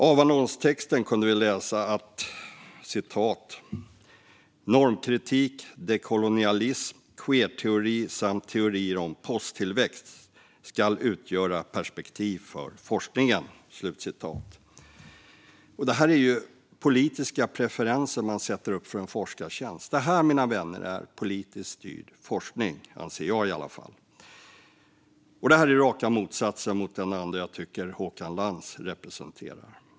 Av annonstexten kunde vi läsa att normkritik, dekolonialism, queerteori samt teorier om posttillväxt skulle utgöra perspektiv för forskningen. Det är ju politiska preferenser man sätter upp för en forskartjänst. Detta är, mina vänner, politiskt styrd forskning. Det anser i alla fall jag. Det här är raka motsatsen till den anda som jag tycker att Håkan Lans representerar.